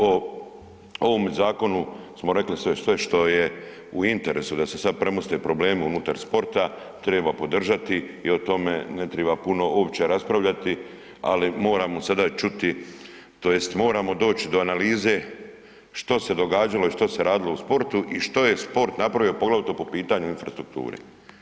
O ovom zakonu smo rekli sve što je u interesu, da se sad premoste problemi unutar sporta, treba podržati i o tome ne treba puno uopće raspravljati, ali moramo sada čuti, tj. moramo doći do analize što se događalo i što se radilo u sportu i što je sport napravio poglavito po pitanju infrastrukture.